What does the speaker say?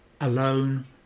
alone